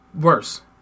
Worse